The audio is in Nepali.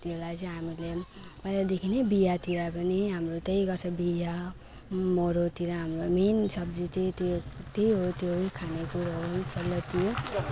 त्यसलाई चाहिँ हामीले पहिलादेखि नै बिहातिर पनि हाम्रो त्यही गर्छ बिहा मरौतिर हाम्रो मेन सब्जी चाहिँ त्यही हो त्यही हो त्यही खानेकुरोहरू पनि सेलरोटी